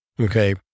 Okay